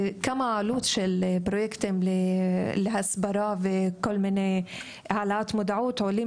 שפרויקטים להסברה והעלאת מודעות עולים